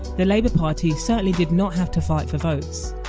the labour party certainly did not have to fight for votes.